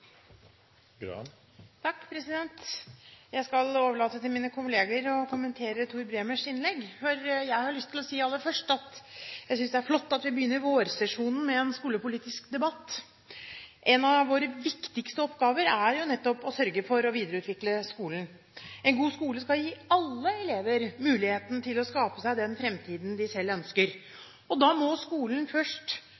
Jeg skal overlate til mine kolleger å kommentere Tor Bremers innlegg, for jeg har lyst til å si aller først at jeg synes det er flott at vi begynner vårsesjonen med en skolepolitisk debatt. En av våre viktigste oppgaver er nettopp å sørge for å videreutvikle skolen. En god skole skal gi alle elever muligheten til å skape seg den fremtiden de selv ønsker.